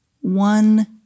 One